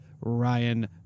Ryan